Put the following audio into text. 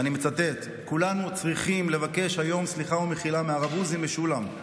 ואני מצטט: "כולנו צריכים לבקש היום סליחה ומחילה מהרב עוזי משולם.